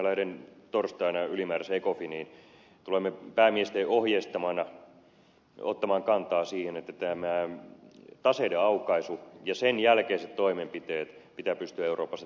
tulemme esimerkiksi minä lähden torstaina ylimääräiseen ecofiniin päämiesten ohjeistamana ottamaan kantaa siihen että taseiden aukaisu ja sen jälkeiset toimenpiteet pitää pystyä euroopassa tekemään